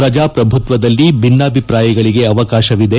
ಪ್ರಜಾಪ್ರಭುತ್ವದಲ್ಲಿ ಭಿನ್ನಾಭಿಪ್ರಾಯಗಳಿಗೆ ಅವಕಾಶವಿದೆ